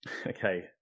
Okay